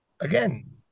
again